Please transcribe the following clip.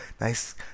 nice